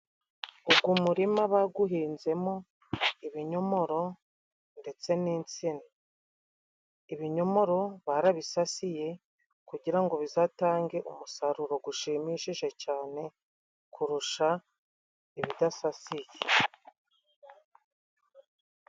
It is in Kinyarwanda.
Uyu murima bawuhinzemo ibinyomoro ndetse n'insina. Ibinyomoro barabisasiye kugira ngo bizatange umusaruro ushimishije cyane, kurusha imidasasiye.